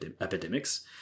epidemics